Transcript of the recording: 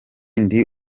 ndi